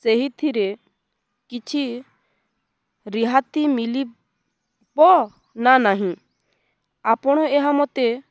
ସେଇଥିରେ କିଛି ରିହାତି ମିଳିବ ନା ନାହିଁ ଆପଣ ଏହା ମୋତେ